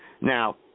Now